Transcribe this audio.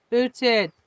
Booted